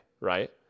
Right